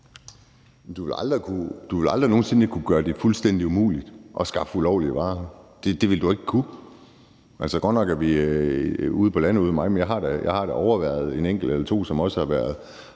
Du vil aldrig nogen sinde kunne gøre det fuldstændig umuligt at skaffe ulovlige varer. Det vil du ikke kunne. Altså, godt nok er vi ude på landet hjemme ved mig, men jeg har da overværet en enkelt eller to, som også har røget